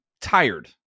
tired